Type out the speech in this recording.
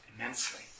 immensely